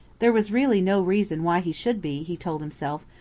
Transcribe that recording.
there was really no reason why he should be, he told himself,